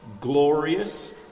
glorious